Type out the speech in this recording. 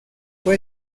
fue